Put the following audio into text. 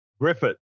Griffith